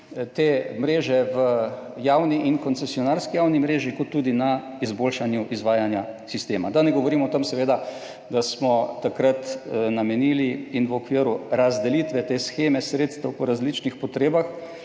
te mreže v javni in koncesionarski javni mreži kot tudi na izboljšanju izvajanja sistema, da ne govorim o tem seveda, da smo takrat namenili in v okviru razdelitve te sheme sredstev po različnih potrebah